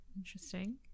Interesting